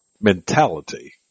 Mentality